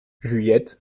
juliette